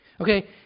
Okay